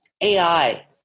AI